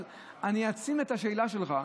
אבל אני אעצים את השאלה שלך: